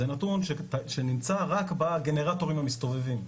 זה נתון שנמצא רק בגנרטורים המסתובבים.